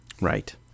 Right